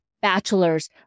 bachelor's